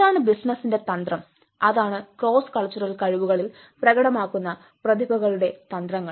അതാണ് ബിസിനസിന്റെ തന്ത്രം അതാണ് ക്രോസ് കൾച്ചറൽ കഴിവുകളിൽ പ്രകടമാകുന്ന പ്രതിഭകളുടെ തന്ത്രങ്ങൾ